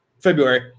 February